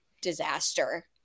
disaster